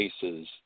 cases